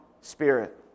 Spirit